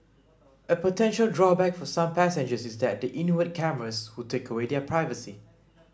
a potential drawback for some passengers is that the inward cameras would take away their privacy